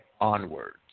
onwards